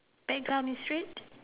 background is red